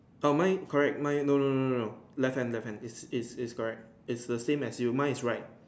err mine correct mine no no no no no left hand left hand it's it's it's correct it's the same as you mine is right